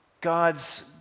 God's